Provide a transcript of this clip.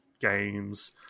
games